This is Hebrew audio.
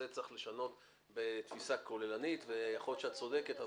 את זה צריך לשנות בתפיסה כוללנית ויכול להיות שאת צודקת.